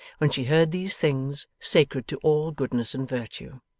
when she heard these things, sacred to all goodness and virtue.